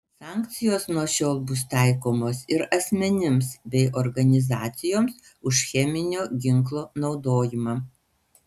sankcijos nuo šiol bus taikomos ir asmenims bei organizacijoms už cheminio ginklo naudojimą